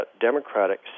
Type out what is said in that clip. Democratic